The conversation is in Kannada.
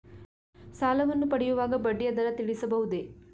ಸಾಲವನ್ನು ಪಡೆಯುವಾಗ ಬಡ್ಡಿಯ ದರ ತಿಳಿಸಬಹುದೇ?